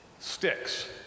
sticks